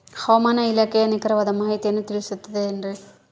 ಹವಮಾನ ಇಲಾಖೆಯ ನಿಖರವಾದ ಮಾಹಿತಿಯನ್ನ ತಿಳಿಸುತ್ತದೆ ಎನ್ರಿ?